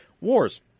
wars